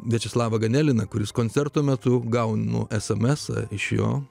viačeslavą ganeliną kuris koncerto metu gaunu sms iš jo